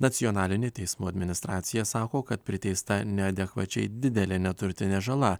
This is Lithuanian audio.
nacionalinė teismų administracija sako kad priteista neadekvačiai didelė neturtinė žala